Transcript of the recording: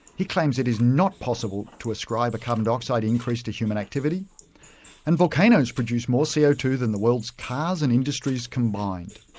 he claims it is not possible to ascribe a carbon dioxide increase to human activity and volcanoes produce more co so two than the world's cars and industries combined.